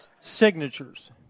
signatures